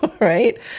right